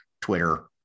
twitter